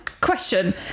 question